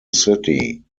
city